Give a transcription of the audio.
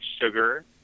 Sugar